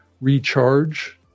recharge